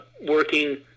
working